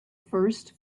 first